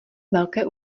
velké